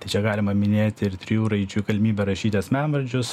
tai čia galima minėti ir trijų raidžių galimybę rašyti asmenvardžius